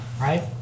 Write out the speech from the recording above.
Right